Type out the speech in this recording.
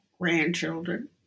grandchildren